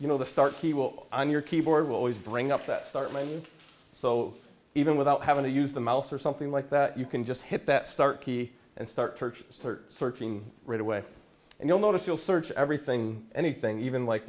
you know the start he will on your keyboard will always bring up that so even without having to use the mouse or something like that you can just hit that start key and start purchase searching right away and you'll notice you'll search everything anything even like